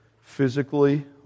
physically